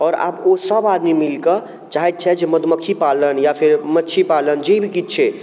आओर आब ओ सब आदमी मिल कऽ चाहैत छथि जे मधुमक्खी पालन या फेर मच्छी पालन जे भी किछु छै